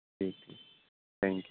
ٹھیک ٹھیک thank you